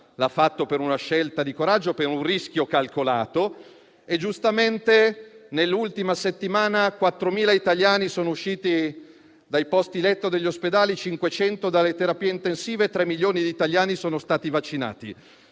l'ha fatto per una scelta di coraggio, per un rischio calcolato. Giustamente, nell'ultima settimana 4.000 italiani hanno lasciato i posti letto degli ospedali, 500 sono usciti dalle terapie intensive e 3 milioni di Italiani sono stati vaccinati.